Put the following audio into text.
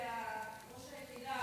זה דיון.